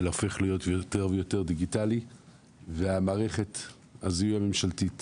הופך להיות יותר ויותר דיגיטלי ומערכת הזיהוי הממשלתית